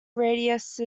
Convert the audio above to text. radius